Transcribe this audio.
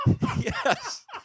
yes